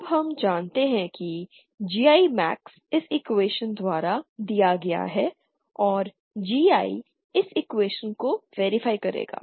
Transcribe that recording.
तब हम जानते हैं कि GI मैक्स इस इक्कुएशन द्वारा दिया गया है और GI इस इकुएशन को वेरीफाई करेगा